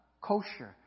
kosher